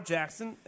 Jackson